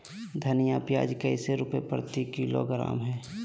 धनिया बीज कैसे रुपए प्रति किलोग्राम है?